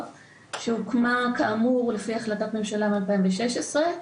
שהוקמה כאמור לפי החלטת ממשלה מ-2016,